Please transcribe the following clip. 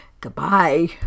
Goodbye